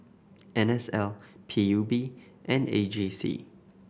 N S L P U B and A G C